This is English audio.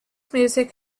music